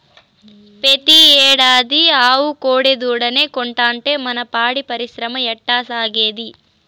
పెతీ ఏడాది ఆవు కోడెదూడనే కంటాంటే మన పాడి పరిశ్రమ ఎట్టాసాగేది